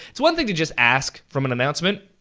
it's one thing to just ask from an announcement.